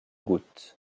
gouttes